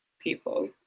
people